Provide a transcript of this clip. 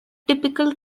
typical